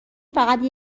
فقط